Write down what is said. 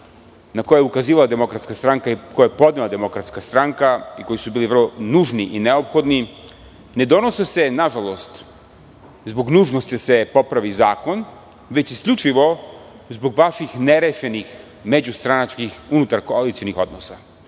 na koje je ukazivala DS i koje je podnela DS i koji su bili vrlo nužni i neophodni, ne donose se, nažalost, zbog nužnosti da se popravi zakon, već isključivo zbog vaših nerešenih međustranačkih unutar koalicionih odnosa. Juče